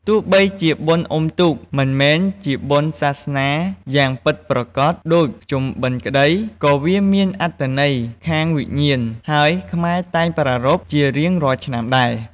ទោះបីជាបុណ្យអុំទូក មិនមែនជាបុណ្យសាសនាយ៉ាងពិតប្រាកដដូចភ្ជុំបិណ្ឌក្ដី ក៏វាមានអត្ថន័យខាងវិញ្ញាណ ហើយខ្មែរតែងប្រារព្ធជារៀងរាល់ឆ្នាំដែរ ។